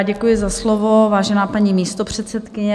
Děkuji za slovo, vážená paní místopředsedkyně.